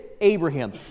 Abraham